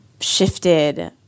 shifted